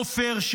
עופר,